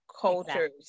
cultures